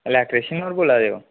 electrician होर बोल्ला दे ओ